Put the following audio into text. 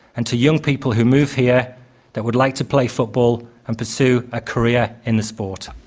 and to young people who move here that would like to play football and pursue a career in the sport.